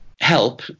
help